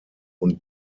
und